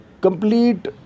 complete